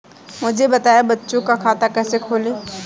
मुझे बताएँ बच्चों का खाता कैसे खोलें?